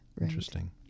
interesting